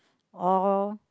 or